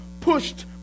Pushed